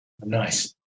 Nice